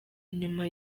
inyuma